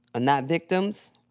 not victims.